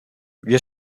wir